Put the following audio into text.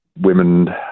women